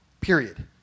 Period